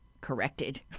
corrected